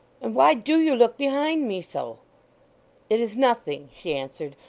and why do you look behind me so it is nothing she answered.